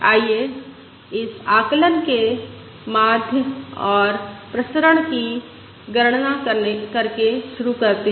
आइए इस आकलन के माध्य और प्रसरण की गणना करके शुरू करते हैं